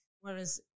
Whereas